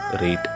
rate